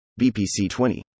BPC20